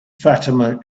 fatima